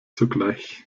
sogleich